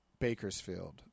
Bakersfield